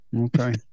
Okay